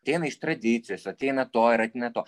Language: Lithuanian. ateina iš tradicijos ateina to ir ateina to